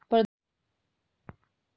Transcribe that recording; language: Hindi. प्रधानमंत्री जन धन योजना क्या है?